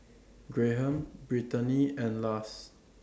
Graham Brittaney and Lars